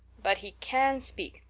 but he can speak.